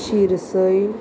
शिरसय